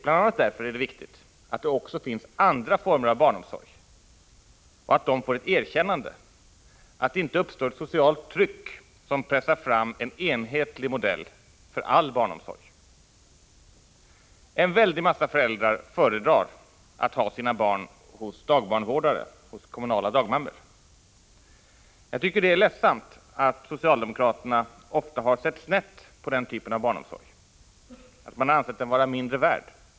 Bl.a. därför är det viktigt att också andra former av barnomsorg får ett erkännande, så att det inte uppstår ett socialt tryck som pressar fram en enhetlig modell för all barnomsorg. En väldig massa föräldrar föredrar att ha sina barn hos dagbarnvårdare, kommunala dagmammor. Jag tycker att det är ledsamt att socialdemokraterna ofta har sett snett på den typen av barnomsorg och ansett den vara mindre värd.